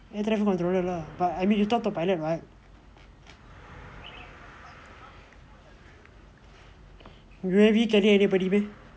air traffic controller lah but I mean you talk to a pilot [what] rae வீட்டில:vittila are there any படிப்பு:padippu